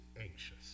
anxious